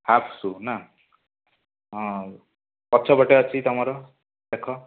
half ସୁ ନା ହଁ ପଛ ପଟେ ଅଛି ତମର ଦେଖ